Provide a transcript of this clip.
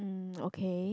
um okay